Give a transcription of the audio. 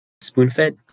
spoon-fed